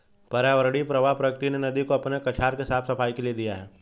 पर्यावरणीय प्रवाह प्रकृति ने नदी को अपने कछार के साफ़ सफाई के लिए दिया है